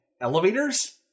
Elevators